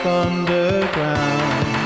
underground